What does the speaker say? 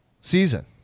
season